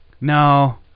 No